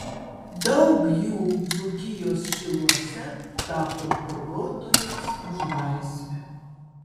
daug jų dzūkijos šiluose tapo kovotojais už laisvę